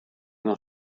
non